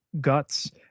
guts